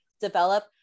develop